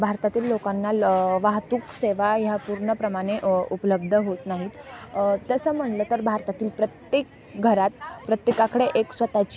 भारतातील लोकांना ल वाहतूक सेवा ह्या पूर्णप्रमाणे उपलब्ध होत नाहीत तसं म्हणलं तर भारतातील प्रत्येक घरात प्रत्येकाकडे एक स्वतःची